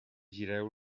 gireu